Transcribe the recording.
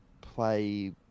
play